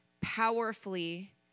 powerfully